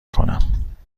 کنم